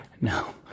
No